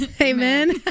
amen